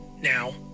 Now